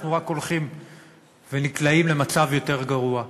אנחנו רק הולכים ונקלעים למצב יותר גרוע.